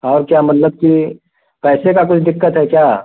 और क्या मतलब कि पैसे का कुछ दिक्कत है क्या